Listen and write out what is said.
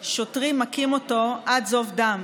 איך שוטרים מכים אותו עד זוב דם.